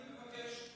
אני מבקש,